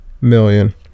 million